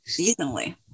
Seasonally